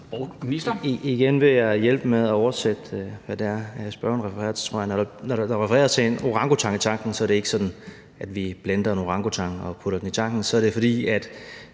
en minister,